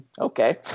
okay